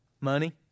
Money